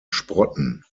sprotten